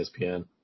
ESPN